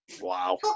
Wow